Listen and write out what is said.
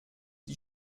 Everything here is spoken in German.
die